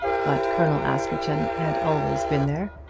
but colonel askerton had always been there,